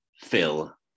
Phil